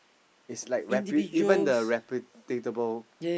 it's like even the reputable